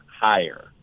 higher